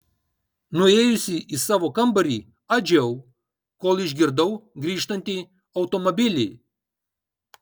nuėjusi į savo kambarį adžiau kol išgirdau grįžtantį automobilį